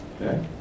Okay